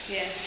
Yes